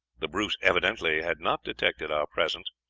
the brute evidently had not detected our presence,